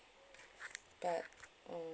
but mm